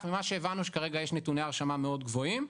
וממה שהבנו כרגע יש נתוני הרשמה מאוד גבוהים,